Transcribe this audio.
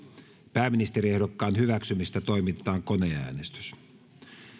pääministeriehdokkaan hyväksymisestä toimitetaan koneäänestys